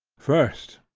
first,